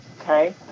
okay